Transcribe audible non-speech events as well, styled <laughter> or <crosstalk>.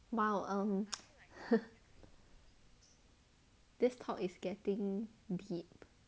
!wow! um <noise> this talk is getting deep